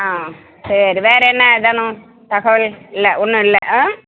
ஆ சரி வேறு என்ன ஏதேனும் தகவல் இல்லை ஒன்றும் இல்ல ஆ